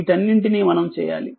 వీటన్నింటినీ మనం చేయాలి